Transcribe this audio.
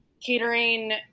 catering